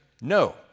no